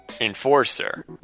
enforcer